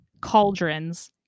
cauldrons